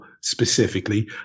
specifically